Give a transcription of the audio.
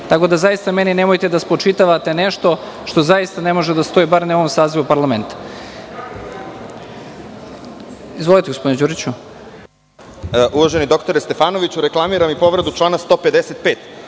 Tako da, zaista meni nemojte da spočitavate nešto što zaista ne može da stoji bar ne u ovom sazivu parlamenta. Izvolite gospodine Đuriću. **Bojan Đurić** Uvaženi doktore Stefanoviću, reklamiram i povredu člana 155.